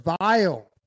vile